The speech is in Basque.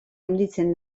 handitzen